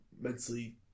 mentally